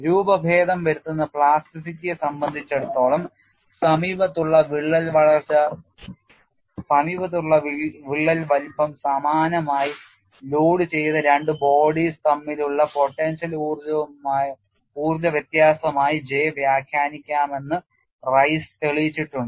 രൂപഭേദം വരുത്തുന്ന പ്ലാസ്റ്റിറ്റിയെ സംബന്ധിച്ചിടത്തോളം സമീപത്തുള്ള വിള്ളൽ വലുപ്പം സമാനമായി ലോഡുചെയ്ത രണ്ട് bodies തമ്മിലുള്ള potential ഊർജ വ്യത്യാസമായി J വ്യാഖ്യാനിക്കാമെന്ന് റൈസ് തെളിയിച്ചിട്ടുണ്ട്